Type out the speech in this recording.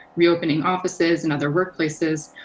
reopening offices and other workplaces.